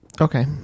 Okay